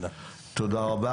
תודה רבה.